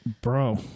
Bro